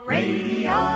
Radio